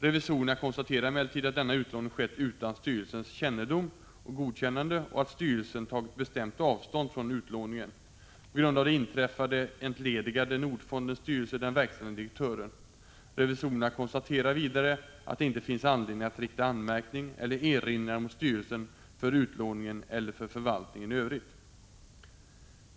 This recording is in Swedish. Revisorerna konstaterar emellertid att denna utlåning skett utan styrelsens kännedom och godkännande och att styrelsen tagit bestämt avstånd från utlåningen. På grund av det inträffade entledigade Nordfondens styrelse den verkställande direktören. Revisorerna konstaterar vidare att det inte finns anledning att rikta anmärkning eller erinran mot styrelsen för utlåningen eller för förvaltningen i övrigt.